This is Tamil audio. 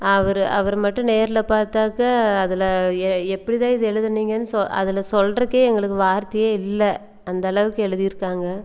அவர் அவரை மட்டும் நேரில் பார்த்தாக்கா அதில் எப்படிதான் இது எழுதினீங்கன்னு ஸோ அதில் சொல்றதுக்கே எங்களுக்கு வார்த்தை இல்லை அந்தளவுக்கு எழுதியிருக்காங்க